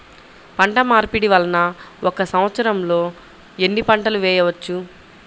పంటమార్పిడి వలన ఒక్క సంవత్సరంలో ఎన్ని పంటలు వేయవచ్చు?